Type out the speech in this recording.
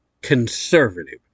conservative